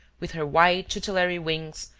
with her white tutelary wings,